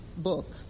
book